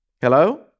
Hello